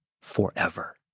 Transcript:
forever